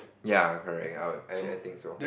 ya correct I would I I think so